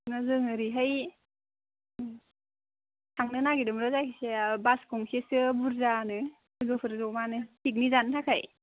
ना जों ओरैहाय थांनो नागिरदोंमोन जायखिया बास गंसेसो बुरजानो लोगोफोर जमानो पिकनिक जानो थाखाय